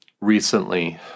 recently